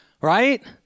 right